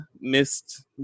missed